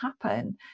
happen